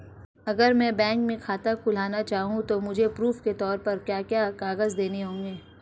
अगर मैं बैंक में खाता खुलाना चाहूं तो मुझे प्रूफ़ के तौर पर क्या क्या कागज़ देने होंगे?